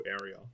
area